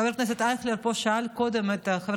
חבר הכנסת אייכלר שאל פה קודם את חבר